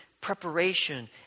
preparation